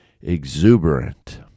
exuberant